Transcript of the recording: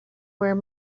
where